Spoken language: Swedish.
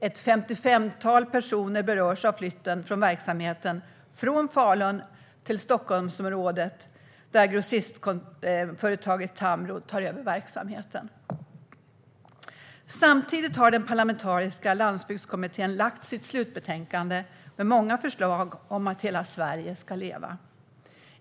Ett femtiofemtal personer berörs av flytten av verksamheten från Falun till Stockholmsområdet, där grossistföretaget Tamro tar över verksamheten. Samtidigt har Parlamentariska landsbygdskommittén lagt fram sitt slutbetänkande med många förslag för att hela Sverige ska leva.